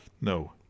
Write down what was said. No